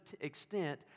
extent